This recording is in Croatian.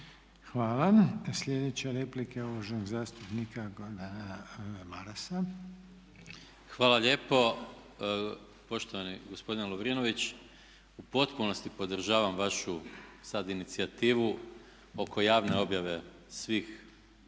Hvala. Sljedeća replika je uvaženog zastupnika Gordana Marasa. **Maras, Gordan (SDP)** Hvala lijepo. Poštovani gospodine Lovrinović, u potpunosti podržavam vašu sada inicijativu oko javne objave svih